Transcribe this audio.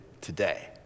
today